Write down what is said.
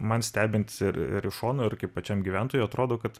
man stebint ir ir iš šono ir kaip pačiam gyventojui atrodo kad